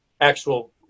actual